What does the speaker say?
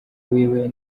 wiwe